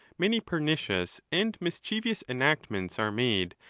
many per nicious and mischievous enactments are made,